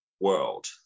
world